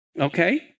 okay